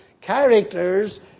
characters